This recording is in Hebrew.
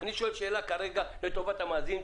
אני שואל שאלה כרגע לטובת המאזינים,